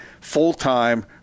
full-time